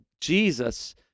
Jesus